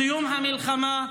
סיום המלחמה,